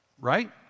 Right